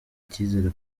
icyizere